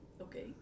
Okay